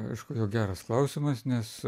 aišku jau geras klausimas nes